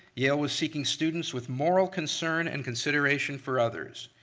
yale was seeking students with moral concern and consideration for others.